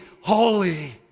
holy